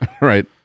right